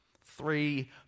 Three